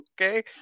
Okay